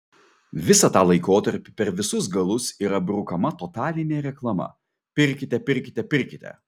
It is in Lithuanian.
visą tą laikotarpį per visus galus yra brukama totalinė reklama pirkite pirkite pirkite